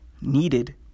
needed